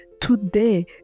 today